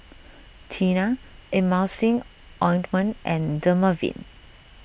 Tena Emulsying Ointment and Dermaveen